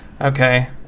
Okay